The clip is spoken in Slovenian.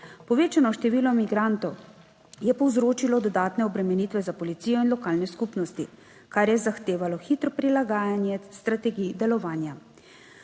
Povečano število migrantov je povzročilo dodatne obremenitve za policijo in lokalne skupnosti, kar je zahtevalo hitro prilagajanje strategiji delovanja.